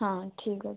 ହଁ ଠିକ୍ ଅଛି